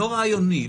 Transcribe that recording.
לא רעיוני,